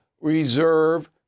reserve